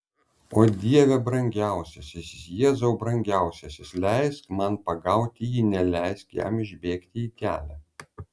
o dieve brangiausiasis jėzau brangiausiasis leisk man pagauti jį neleisk jam išbėgti į kelią